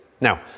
Now